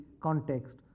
context